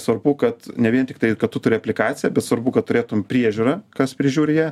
svarbu kad ne vien tiktai kad tu turi aplikaciją bet svarbu kad turėtum priežiūrą kas prižiūri ją